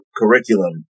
curriculum